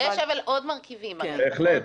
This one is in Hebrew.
בהחלט.